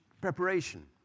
preparation